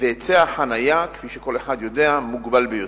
והיצע החנייה, כפי שכל אחד יודע, מוגבל ביותר.